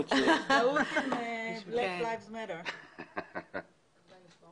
ואחרי כן חברת הכנסת סונדוס סאלח.